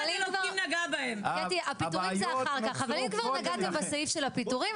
אבל אם כבר נגעתם בסעיף של הפיטורים,